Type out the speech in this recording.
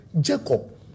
Jacob